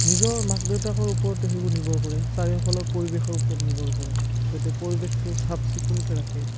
নিজৰ মাক দেউতাকৰ ওপৰতে সেইবোৰ নিৰ্ভৰ কৰে চাৰিওফালৰ পৰিৱেশৰ ওপৰত নিৰ্ভৰ কৰে যাতে পৰিৱেশটো চাফ চিকুণকে ৰাখে